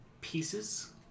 pieces